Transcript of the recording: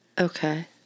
okay